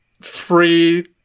free